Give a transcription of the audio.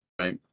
Right